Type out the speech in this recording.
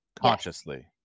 consciously